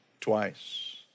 twice